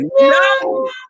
no